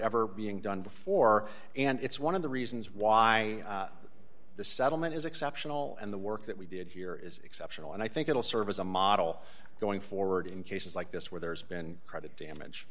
ever being done before and it's one of the reasons why the settlement is exceptional and the work that we did here is exceptional and i think it'll serve as a model going forward in cases like this where there's been credit damage